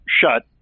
shut